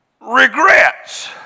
regrets